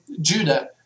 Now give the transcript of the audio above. Judah